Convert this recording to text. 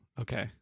okay